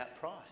price